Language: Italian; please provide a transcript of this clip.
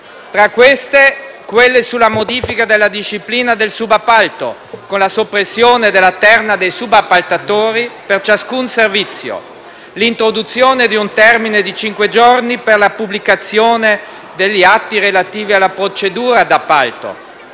Tra queste, quelle sulla modifica della disciplina del subappalto, con la soppressione della terna dei subappaltatori per ciascun servizio, l'introduzione di un termine di cinque giorni per la pubblicazione degli atti relativi alla procedura d'appalto,